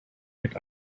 yet